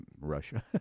Russia